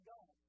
God